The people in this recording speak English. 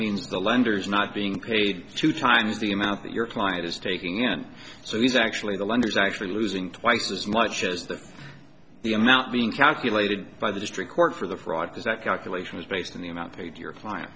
means the lenders not being paid two times the amount that your client is taking in so he's actually the lender is actually losing twice as much is that the amount being calculated by the district court for the fraud does that calculation was based on the amount paid your client